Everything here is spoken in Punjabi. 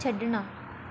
ਛੱਡਣਾ